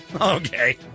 Okay